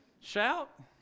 shout